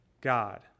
God